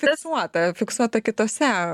fiksuota fiksuota kitose